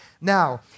Now